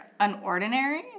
unordinary